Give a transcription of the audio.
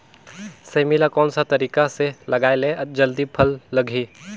सेमी ला कोन सा तरीका से लगाय ले जल्दी फल लगही?